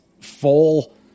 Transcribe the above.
full